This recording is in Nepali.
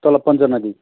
तल पञ्चनदी